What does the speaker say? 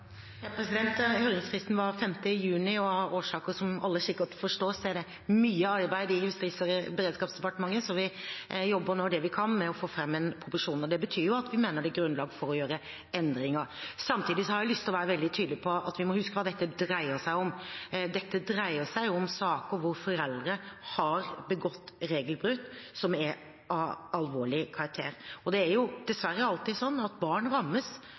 Høringsfristen var 5. juni, og av årsaker som alle sikkert forstår, er det mye arbeid i Justis- og beredskapsdepartementet, så vi jobber nå det vi kan med å få fram en proposisjon. Men det betyr jo at vi mener det er grunnlag for å gjøre endringer. Samtidig har jeg lyst til å være veldig tydelig på at vi må huske hva dette dreier seg om. Dette dreier seg om saker hvor foreldre har begått regelbrudd som er av alvorlig karakter, og det er dessverre alltid sånn at barn rammes